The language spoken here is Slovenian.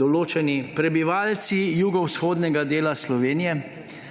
določeni prebivalci jugovzhodnega dela Slovenije,